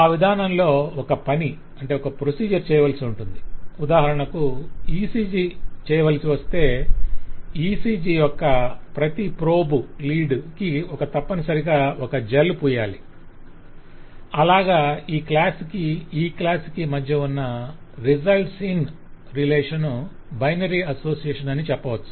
ఆ విధానంలో ఒక పని చేయవలసి ఉంటుంది ఉదాహరణకు ECG చేయవలసి వస్తే ECG యొక్క ప్రతి ప్రోబ్ లీడ్ కు తప్పనిసరిగా ఒక ద్రవం పూయాలి అలాగ ఈ క్లాస్ కి ఈ క్లాస్ కి మధ్య ఉన్న 'results in' relation binary association ఆని చెప్పవచ్చు